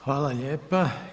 Hvala lijepa.